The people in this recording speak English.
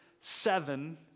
Seven